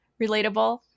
relatable